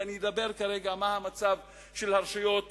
ואני מדבר כרגע על המצב של הרשויות הערביות,